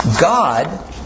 God